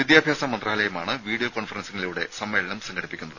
വിദ്യാഭ്യാസ മന്ത്രാലയമാണ് വീഡിയോ കോൺഫറൻസിംഗിലൂടെ സമ്മേളനം സംഘടിപ്പിക്കുന്നത്